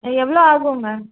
எவ்வளோ ஆகுங்க